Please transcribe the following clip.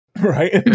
Right